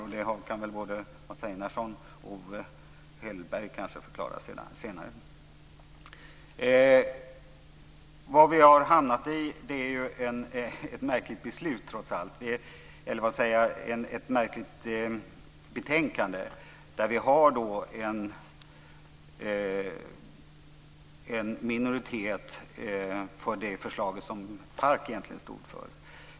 Både Mats Einarsson och Owe Hellberg kan kanske förklara det senare här. Vad vi har hamnat i är ett trots allt märkligt betänkande. Det finns alltså en minoritet för det förslag som PARK egentligen stod för.